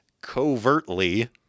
covertly